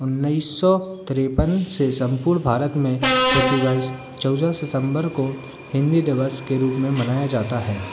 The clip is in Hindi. उन्नीस सौ तिरपन से सम्पूर्ण भारत में प्रति वर्ष चौदह सितम्बर को हिंदी दिवस के रूप में मनाया जाता है